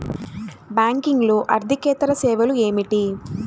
బ్యాంకింగ్లో అర్దికేతర సేవలు ఏమిటీ?